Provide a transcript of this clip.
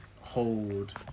hold